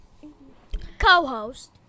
Co-host